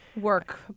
Work